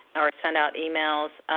or send out emails.